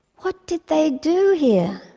what did they do here?